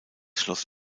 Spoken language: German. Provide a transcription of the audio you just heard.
schloss